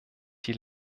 die